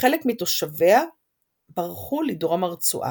וחלק מתושביה ברחו לדרום הרצועה.